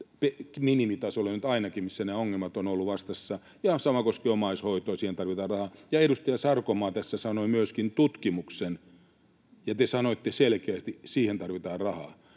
minimitasolle nyt ainakin, se, missä ne ongelmat ovat olleet vastassa. Ja sama koskee omaishoitoa, siihen tarvitaan rahaa. Edustaja Sarkomaa tässä sanoi myöskin tutkimuksen, ja te sanoitte selkeästi: siihen tarvitaan rahaa.